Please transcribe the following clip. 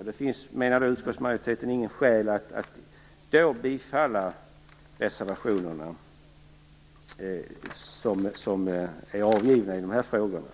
Utskottsmajoriteten menar att det inte finns något skäl att då bifalla de reservationer som är avgivna i de här frågorna.